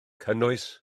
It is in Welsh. cynnwys